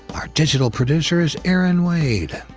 our digital producer is erin wade.